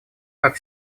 как